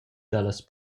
dallas